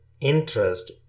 interest